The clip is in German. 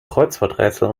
kreuzworträtsel